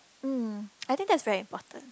mm I think that's very important